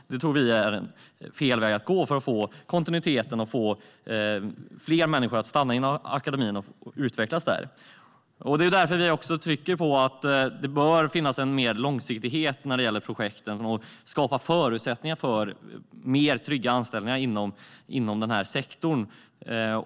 Detta tror vi är fel väg att gå för att få kontinuitet och fler människor som stannar inom akademin och utvecklas där. Det är därför vi trycker på att det bör finnas mer långsiktighet när det gäller projekten, vilket skulle skapa mer trygga anställningar inom denna sektor.